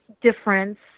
difference